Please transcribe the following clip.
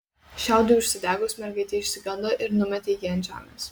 šiaudui užsidegus mergaitė išsigando ir numetė jį ant žemės